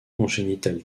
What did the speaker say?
congénitale